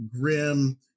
grim